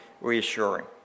reassuring